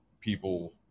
people